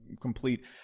complete